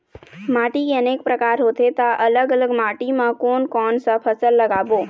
माटी के अनेक प्रकार होथे ता अलग अलग माटी मा कोन कौन सा फसल लगाबो?